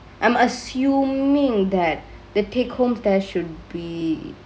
I'm assumingk that the take home test should be